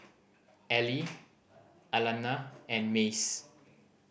Ely Alana and Mace